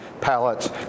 pallets